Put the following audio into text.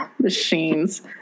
machines